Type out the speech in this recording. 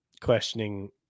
questioning